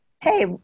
hey